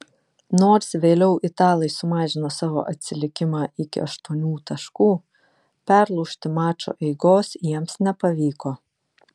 nors vėliau italai sumažino savo atsilikimą iki aštuonių taškų perlaužti mačo eigos jiems nepavyko